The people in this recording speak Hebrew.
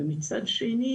מצד שני,